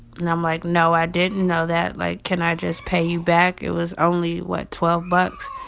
and i'm like, no, i didn't know that. like, can i just pay you back? it was only what? twelve bucks.